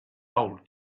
old